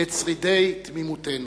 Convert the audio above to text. את שרידי תמימותנו.